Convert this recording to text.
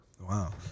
wow